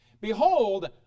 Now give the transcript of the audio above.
Behold